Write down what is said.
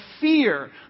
fear